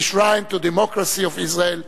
the shrine of democracy in Israel.